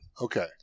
Okay